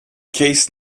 case